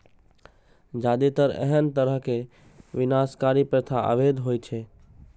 जादेतर एहन तरहक विनाशकारी प्रथा अवैध होइ छै